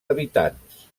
habitants